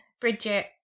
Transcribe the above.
Bridget